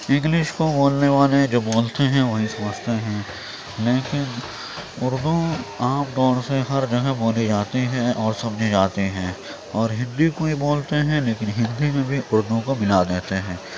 English کو بولنے والے جو بولتے ہیں وہی سمجھتے ہیں لیکن اردو عام طور سے ہر جگہ بولی جاتی ہے اور سمجھی جاتی ہے اور ہندی کوئی بولتے ہیں لیکن ہندی میں بھی اردو کو ملا دیتے ہیں